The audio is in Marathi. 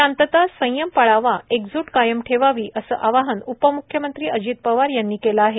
शांतता संयम पाळावा एकजूट कायम ठेवावी असं आवाहन उपम्ख्यमंत्री अजित पवार यांनी केलं आहे